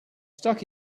stuck